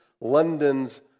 London's